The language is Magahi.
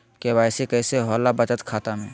के.वाई.सी कैसे होला बचत खाता में?